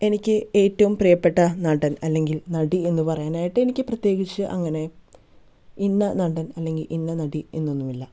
എനിക്ക് ഏറ്റവും പ്രിയപ്പെട്ട നടൻ അല്ലെങ്കിൽ നടി എന്ന് പറയാനായിട്ട് എനിക്ക് പ്രത്യേകിച്ച് അങ്ങനെ ഇന്ന നടൻ അല്ലെങ്കിൽ ഇന്ന നടി എന്നൊന്നുമില്ല